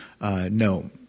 No